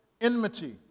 enmity